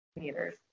Meters